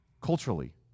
culturally